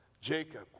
Jacob